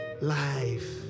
Life